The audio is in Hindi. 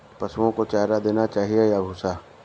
पशुओं को चारा देना चाहिए या भूसा?